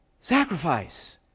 Sacrifice